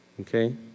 okay